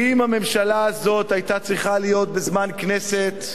כי אם הממשלה הזאת היתה צריכה להיות בזמן מושב הכנסת,